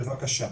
בבקשה,